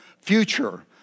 future